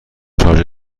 شارژر